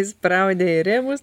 įspraudė į rėmus